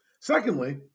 Secondly